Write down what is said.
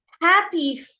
Happy